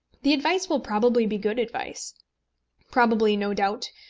the advice will probably be good advice probably, no doubt,